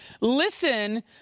listen